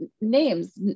names